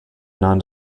non